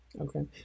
Okay